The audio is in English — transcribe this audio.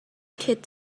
kid